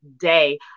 day